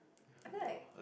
I feel like